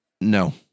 No